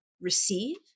receive